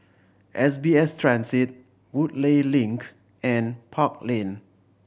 S B S Transit Woodleigh Link and Park Lane